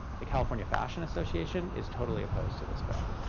the california fashion association is totally opposed to this bill.